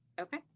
Okay